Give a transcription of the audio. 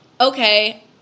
Okay